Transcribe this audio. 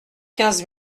quinze